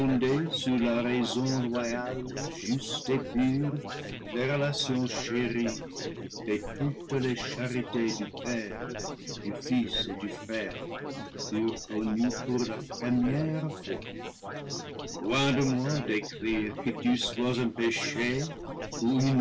la raison loyale juste et pure les relations chéries et toutes les charités du père du fils et du frère furent connues pour la première fois loin de moi d'écrire que tu sois un péché